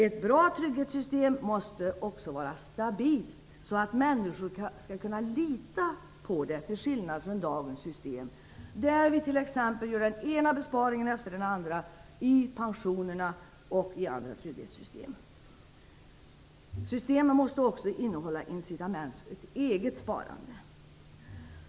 Ett bra trygghetssystem måste också vara stabilt så att människor skall kunna lita på det, till skillnad från dagens system där vi t.ex. gör den ena besparingen efter den andra i pensionerna och i andra trygghetssystem. Systemet måste också innehålla incitament för ett eget sparande.